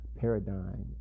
paradigm